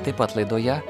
taip pat laidoje